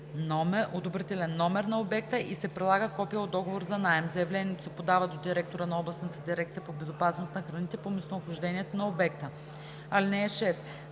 номер на обекта и се прилага копие от договор за наем. Заявлението се подава до директора на областната дирекция по безопасност на храните по местонахождение на обекта. (6)